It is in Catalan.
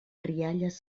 rialles